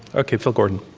okay, phil gordon.